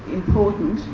important,